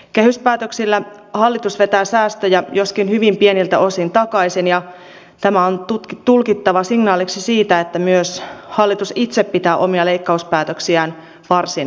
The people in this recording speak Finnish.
kehyspäätöksillä hallitus vetää säästöjä takaisin joskin hyvin pieniltä osin ja tämä on tulkittava signaaliksi siitä että myös hallitus itse pitää omia leikkauspäätöksiään varsin kovina